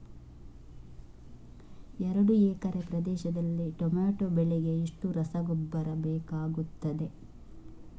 ಎರಡು ಎಕರೆ ಪ್ರದೇಶದಲ್ಲಿ ಟೊಮ್ಯಾಟೊ ಬೆಳೆಗೆ ಎಷ್ಟು ರಸಗೊಬ್ಬರ ಬೇಕಾಗುತ್ತದೆ?